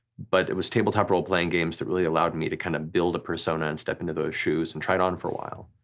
but it was tabletop roleplaying games that really allowed me to kind of build a persona and step into those shoes and try it on for a while.